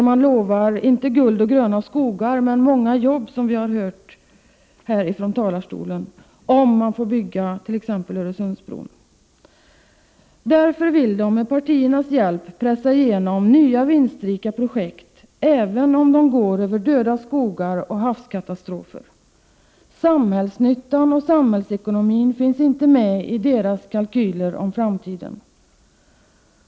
Man lovar inte guld och gröna skogar, men man lovar många jobb, som vi har hört här från talarstolen, om man får bygga t.ex. Öresundsbron. Därför vill högeretablissemanget med partiernas hjälp pressa igenom nya vinstrika projekt, även om de går över döda skogar och havskatastrofer. Samhällsnyttan och samhällsekonomin finns inte med i deras kalkyler om framtiden.